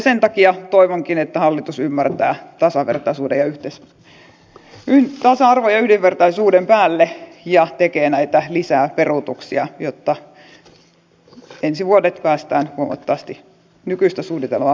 sen takia toivonkin että hallitus ymmärtää tasa arvon ja yhdenvertaisuuden päälle ja tekee lisää näitä peruutuksia jotta ensi vuodet päästään huomattavasti nykyistä suunnitelmaa paremmalla eteenpäin